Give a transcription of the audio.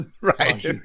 Right